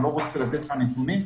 אני לא רוצה לתת לך נתונים,